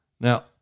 Now